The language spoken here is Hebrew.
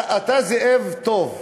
אתה זאב טוב,